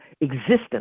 existence